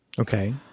Okay